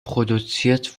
produziert